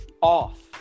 off